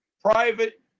private